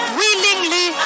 willingly